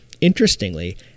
Interestingly